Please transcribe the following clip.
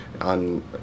On